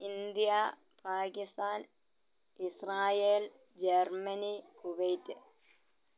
India Pakistan Israel Germany Kuwait